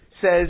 says